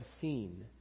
seen